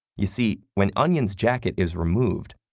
you see, when onion's jacket is removed,